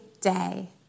day